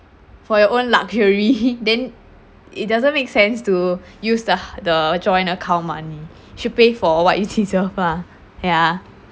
for your own luxury then it doesn't make sense to use the ha~ the joint account money should pay for what you ya